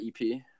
EP